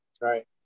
Right